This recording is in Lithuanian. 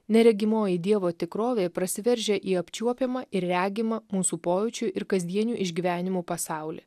neregimoji dievo tikrovė prasiveržia į apčiuopiamą ir regimą mūsų pojūčių ir kasdienių išgyvenimų pasaulį